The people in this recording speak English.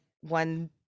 one